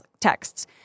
texts